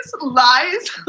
lies